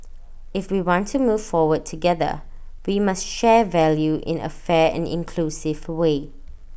if we want to move forward together we must share value in A fair and inclusive way